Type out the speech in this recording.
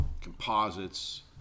composites